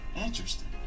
interesting